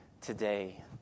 today